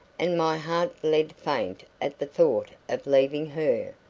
and my heart bled faint at the thought of leaving her,